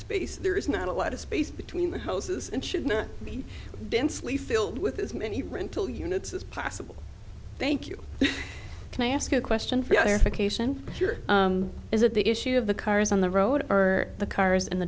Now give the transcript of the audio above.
space there is not a lot of space between the houses and should not be densely filled with as many rental units as possible thank you can i ask a question for you on your fixation here is it the issue of the cars on the road or the cars in the